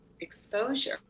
exposure